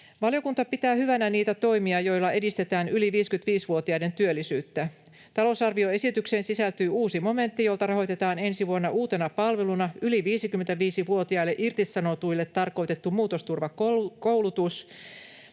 Valiokunta pitää hyvinä niitä toimia, joilla edistetään yli 55-vuotiaiden työllisyyttä. Talousarvioesitykseen sisältyy uusi momentti, jolta rahoitetaan ensi vuonna uutena palveluna yli 55-vuotiaille irtisanotuille tarkoitettu muutosturvakoulutus.